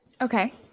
Okay